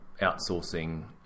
outsourcing